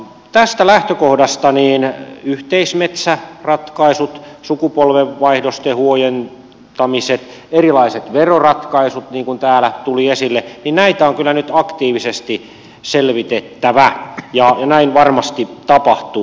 tästä lähtökohdasta yhteismetsäratkaisuja sukupolvenvaihdosten huojentamisia erilaisia veroratkaisuja niin kuin täällä tuli esille on kyllä nyt aktiivisesti selvitettävä ja näin varmasti tapahtuu